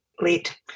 late